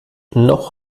noch